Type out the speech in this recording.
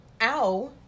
Ow